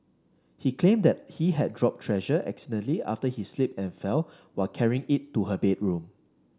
he claimed that he had dropped Treasure accidentally after he slipped and fell while carrying it to her bedroom